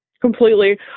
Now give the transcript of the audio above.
Completely